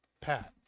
Pat